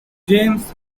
james